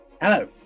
Hello